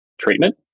treatment